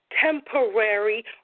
temporary